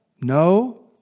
No